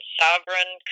sovereign